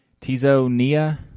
Tizonia